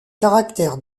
caractères